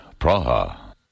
Praha